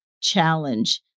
challenge